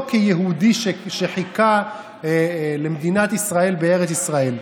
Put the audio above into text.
כיהודי שחיכה למדינת ישראל בארץ ישראל.